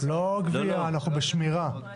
אבל ברגע שזה נמצא וזה קיים,